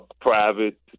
private